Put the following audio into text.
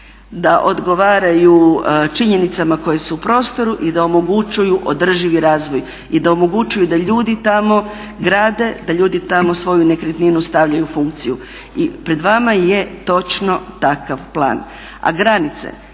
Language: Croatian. da odgovaraju činjenicama koje su u prostoru i da omogućuju održivi razvoj i da omogućuju da ljudi tamo grade, da ljudi tamo svoju nekretninu stavljaju u funkciju. Pred vama je točno takav plan. A granice,